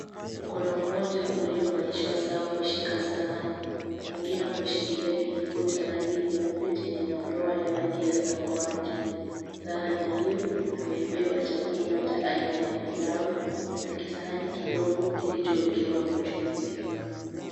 Mkono mmoja uliovalishwa saa umeshika sahani mwingine umeshikilia kijiko cha rangi nyeupe chenye madoa ya rangi ya samawati sahani hiyo, imeibeba chakula cha aina ya pilau na kisahani kidogo kilichowekwa mchuuzi.